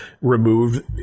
removed